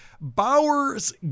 Bowers